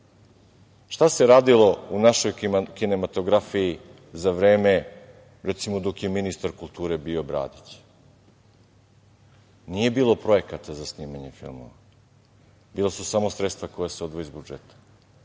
Šta se radilo u našoj kinematografiji za vreme, recimo dok je ministar kulture bio Bradić? Nije bilo projekata za snimanje filmova, bila su samo sredstva koja se odvoje iz budžeta,